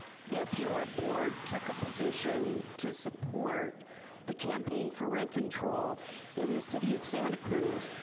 if your board took a position to support the campaign for rent control in the city of santa cruz,